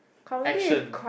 action